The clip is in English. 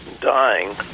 dying